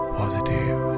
positive